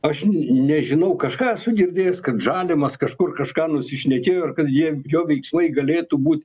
aš nežinau kažką esu girdėjęs kad žalimas kažkur kažką nusišnekėjo ar kad jie jo veiksmai galėtų būt